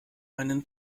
einen